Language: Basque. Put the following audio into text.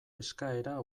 eskaera